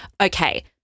okay